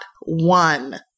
one